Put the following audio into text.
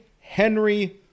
Henry